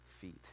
feet